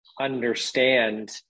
understand